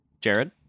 jared